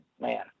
man